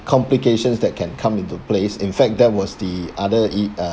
complications that can come into place in fact that was the other i~ uh